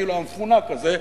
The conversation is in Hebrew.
כאילו המפונק הזה,